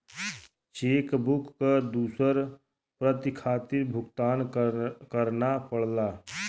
check book क दूसर प्रति खातिर भुगतान करना पड़ला